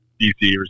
DC